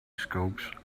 scopes